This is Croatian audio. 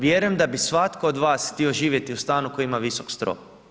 Vjerujem da bi svatko od vas htio živjeti u stanu koji ima visok strop.